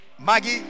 Maggie